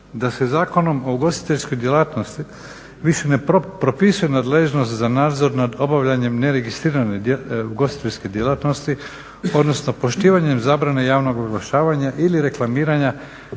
da se Zakonom o ugostiteljskoj djelatnosti više ne propisuje nadležnost za nadzor nad obavljanjem neregistrirane ugostiteljske djelatnosti odnosno poštivanjem zabrane javnog oglašavanja ili reklamiranja